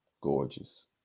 Gorgeous